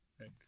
Right